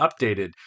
updated